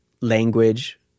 language